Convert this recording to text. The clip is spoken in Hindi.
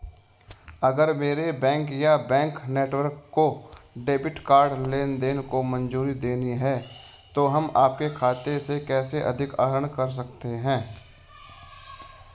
अगर मेरे बैंक या बैंक नेटवर्क को डेबिट कार्ड लेनदेन को मंजूरी देनी है तो हम आपके खाते से कैसे अधिक आहरण कर सकते हैं?